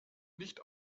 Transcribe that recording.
nicht